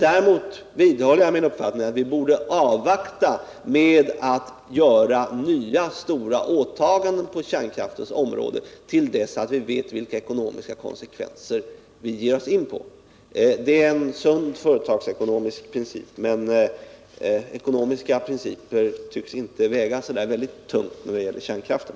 Däremot vidhåller jag min uppfattning att vi borde avvakta med att binda oss för nya stora åtaganden på kärnkraftens område till dess att vi vet vilka ekonomiska konsekvenser de får. Det är en sund företagsekonomisk princip, men ekonomiska principer tycks inte väga särskilt tungt när det gäller kärnkraften.